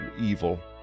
Evil